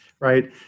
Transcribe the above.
right